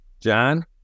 John